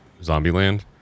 Zombieland